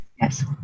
Yes